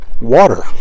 water